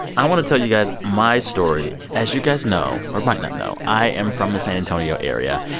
i want to tell you guys my story. as you guys know or might not know, i am from the san antonio area.